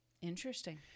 interesting